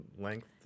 length